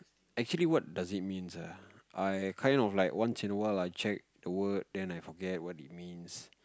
actually what's does it means ah I kind of like once in awhile I check the word then I forget what it means